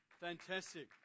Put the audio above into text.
Fantastic